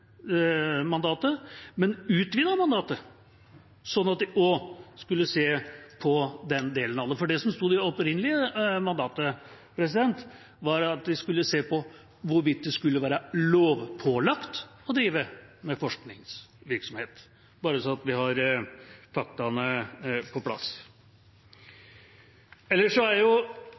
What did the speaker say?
mandatet, men utvidet det slik at utvalget også skulle se på den delen av det. Det som sto i det opprinnelige mandatet, var at de skulle se på hvorvidt det skulle være lovpålagt å drive med forskningsvirksomhet – bare så vi har fakta på plass. Ellers er